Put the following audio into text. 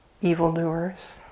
evildoers